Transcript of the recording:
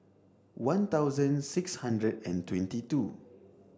one thousand six hundred and twenty two